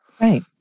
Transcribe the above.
Right